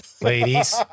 Ladies